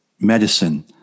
medicine